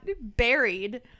buried